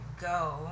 go